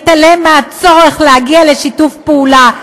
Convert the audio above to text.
מתעלם מהצורך להגיע לשיתוף פעולה,